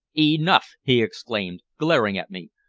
enough! he exclaimed, glaring at me.